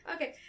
Okay